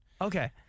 Okay